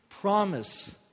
promise